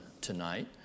tonight